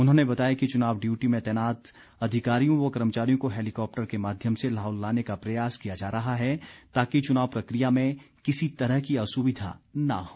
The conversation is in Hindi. उन्होंने बताया कि चुनाव डयूटी में तैनात अधिकारियों व कर्मचारियों को हैलीकॉप्टर के माध्यम से लाहौल लाने का प्रयास किया जा रहा है ताकि चुनाव प्रक्रिया में किसी तरह की असुविधा न हो